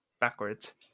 backwards